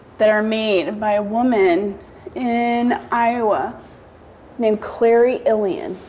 that are made by a woman in iowa named clary illian.